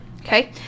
Okay